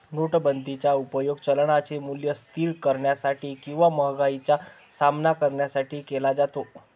नोटाबंदीचा उपयोग चलनाचे मूल्य स्थिर करण्यासाठी किंवा महागाईचा सामना करण्यासाठी केला जातो